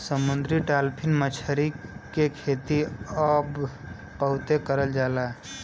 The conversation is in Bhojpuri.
समुंदरी डालफिन मछरी के खेती अब बहुते करल जाला